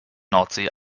nordsee